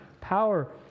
power